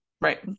right